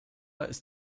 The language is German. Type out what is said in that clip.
ist